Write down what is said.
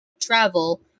travel